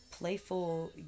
Playful